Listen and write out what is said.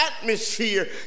atmosphere